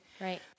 Right